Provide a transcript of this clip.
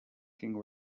ging